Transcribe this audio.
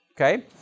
Okay